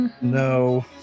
No